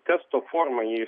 testo forma jį